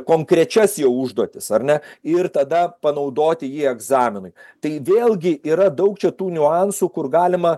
konkrečias jau užduotis ar ne ir tada panaudoti jį egzaminui tai vėlgi yra daug čia tų niuansų kur galima